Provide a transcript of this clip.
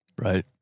Right